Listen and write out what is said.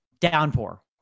Downpour